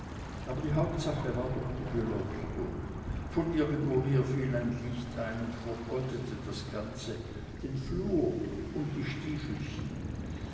aber die hauptsache war doch die beleuchtung von irgendwoher fiel ein licht ein und vergoldete das ganze den flur und die stiefelchen